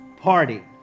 party